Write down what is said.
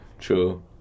True